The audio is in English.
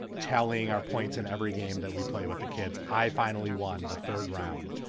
tallying our points in every game that we play with the kids. i finally won the third round,